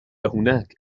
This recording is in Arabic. هناك